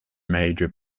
major